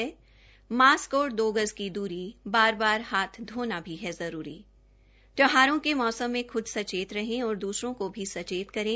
याद रखें मास्क और दो गज की द्री बार बार हाथ धोना भी है जरूरी त्यौहारों के मौसम में खुद सचेत रहे और दूसरों को भी सचेत करें